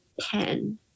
pen